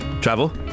travel